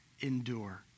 endure